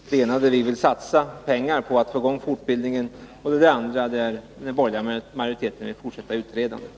I det ena vill vi satsa pengar på att få i gång fortbildningen, och i det andra vill den borgerliga majoriteten fortsätta utredandet.